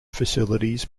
facilities